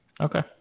Okay